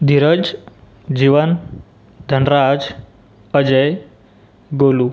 धीरज जीवन धनराज अजय बोलू